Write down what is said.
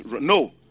No